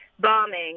bombing